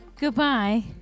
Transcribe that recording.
Goodbye